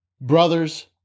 Brothers